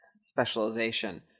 specialization